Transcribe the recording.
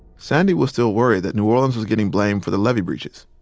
sandy was still worried that new orleans was getting blamed for the levee breaches.